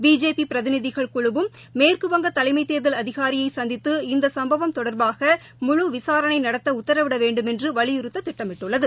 பிஜேபிபிரதிநிதிகள் குழுவும் மேற்குவங்க தலைமைதேர்தல் அதிகாரியைசந்தித்து இந்தசுப்பவம் தொடர்பாக முழு விசாரணைநடத்தஉத்தரவிடவேண்டுமென்றுவலியுறுத்ததிட்டமிட்டுள்ளது